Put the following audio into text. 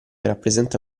rappresenta